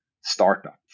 startup